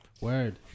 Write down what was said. Word